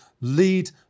lead